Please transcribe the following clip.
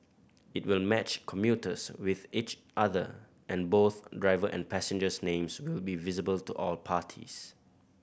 it will match commuters with each other and both driver and passengers names will be visible to all parties